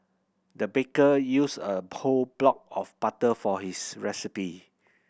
the baker used a plod block of butter for this recipe